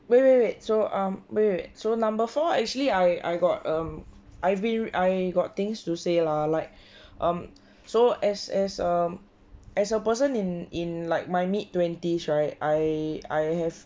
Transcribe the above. wait wait wait so um wait wait wait so number four actually I I got um I've been I got things to say lah like um so as as um as a person in in like my mid twenties right I I have